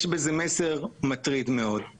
יש בזה מסר מטריד מאוד.